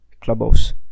Clubhouse